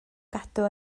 gadw